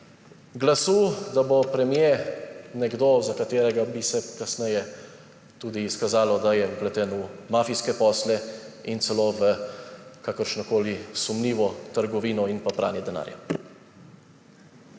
glasu, da bo premier nekdo, za katerega se bi kasneje tudi izkazalo, da je vpleten v mafijske posle in celo v kakršnokoli sumljivo trgovino in pa pranje denarja.